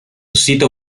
sito